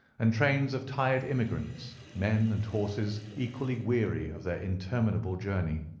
and trains of tired immigrants, men and horses equally weary of their interminable journey.